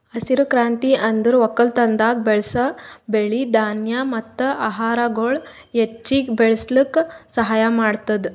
ಹಸಿರು ಕ್ರಾಂತಿ ಅಂದುರ್ ಒಕ್ಕಲತನದಾಗ್ ಬೆಳಸ್ ಬೆಳಿ, ಧಾನ್ಯ ಮತ್ತ ಆಹಾರಗೊಳ್ ಹೆಚ್ಚಿಗ್ ಬೆಳುಸ್ಲುಕ್ ಸಹಾಯ ಮಾಡ್ತುದ್